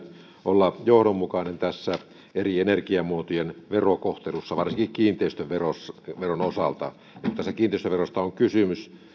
olla johdonmukainen eri energiamuotojen verokohtelussa varsinkin kiinteistöveron osalta kun tässä kiinteistöverosta on kysymys